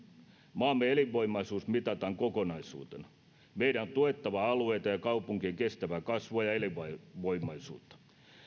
maamme elinvoimaisuus mitataan kokonaisuutena meidän on tuettava alueita ja kaupunkien kestävää kasvua ja elinvoimaisuutta